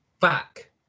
back